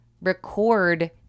record –